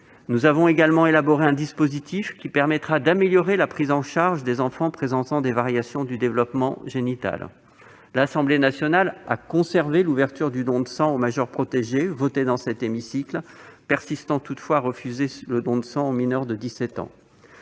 Nous avons également élaboré un dispositif qui permettra d'améliorer la prise en charge des enfants présentant des variations du développement génital. L'Assemblée nationale a conservé l'ouverture du don du sang aux majeurs protégés, voté dans cet hémicycle, persistant toutefois à refuser le don du sang aux mineurs de 17 ans.